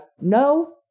no